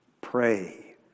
pray